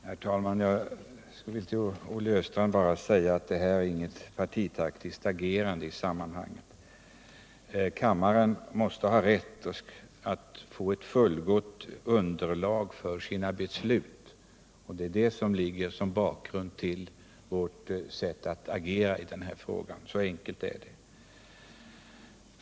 Herr talman! Jag vill till Olle Östrand säga att det inte är något partitaktiskt agerande i detta sammanhang. Kammaren måste ha rätt att få ett fullgott underlag för sina beslut. Det är det som är bakgrunden till vårt sätt att agera i denna fråga; så enkelt är det.